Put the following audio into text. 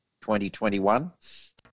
2021